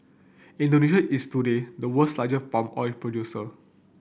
Indonesia is today the world's largest palm oil producer